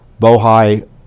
Bohai